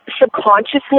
subconsciously